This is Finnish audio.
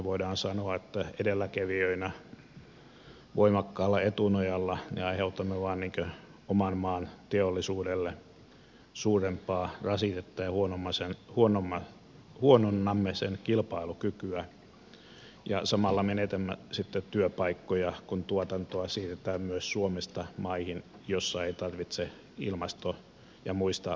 voidaan sanoa että edelläkävijöinä voimakkaalla etunojalla me aiheutamme vain oman maan teollisuudelle suurempaa rasitetta ja huononnamme sen kilpailukykyä ja samalla menetämme sitten työpaikkoja kun tuotantoa siirretään myös suomesta maihin joissa ei tarvitse ilmasto ja muista päästörajoituksista välittää